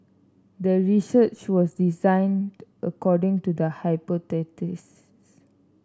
the research was designed according to the hypothesis